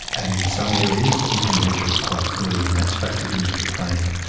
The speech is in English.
and in some areas you can measure it quite clearly and that's factored into the plan.